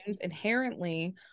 inherently